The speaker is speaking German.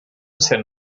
bisher